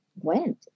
went